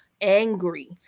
angry